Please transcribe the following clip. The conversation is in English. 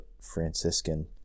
Franciscan